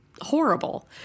horrible